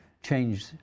Change